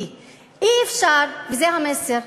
כי אי-אפשר, וזה המסר.